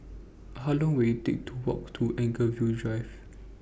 How Long Will IT Take to Walk to Anchorvale Drive